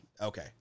Okay